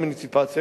באמנציפציה,